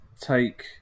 take